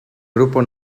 grupo